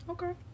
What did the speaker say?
Okay